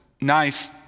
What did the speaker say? nice